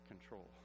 control